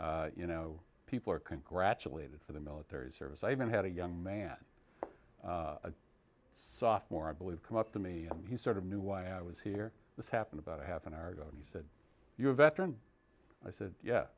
today you know people are congratulated for the military service i even had a young man a sophomore i believe come up to me he sort of knew why i was here this happened about a half an hour ago and he said you a veteran i said yeah